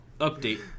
Update